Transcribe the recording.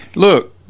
Look